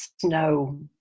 snow